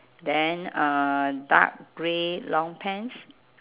then uh dark grey long pants